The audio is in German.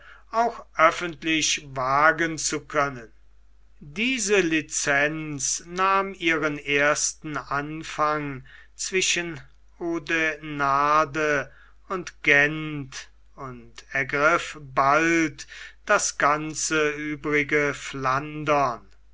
auch öffentlich wagen zu können diese licenz nahm ihren ersten anfang zwischen oudenaarde und gent und ergriff bald das ganze übrige flandern